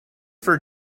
for